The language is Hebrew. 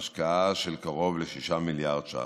בהשקעה של קרוב ל-6 מיליארד ש"ח.